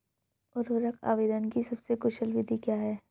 उर्वरक आवेदन की सबसे कुशल विधि क्या है?